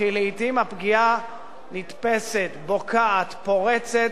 כי לעתים הפגיעה נתפסת, בוקעת, פורצת,